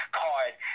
card